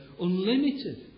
unlimited